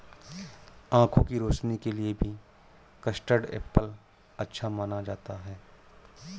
आँखों की रोशनी के लिए भी कस्टर्ड एप्पल अच्छा माना जाता है